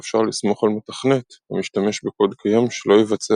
אפשר לסמוך על מתכנת המשתמש בקוד קיים שלא יבצע